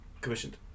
commissioned